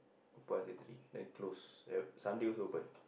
open until three then close at Sunday also open